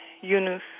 Yunus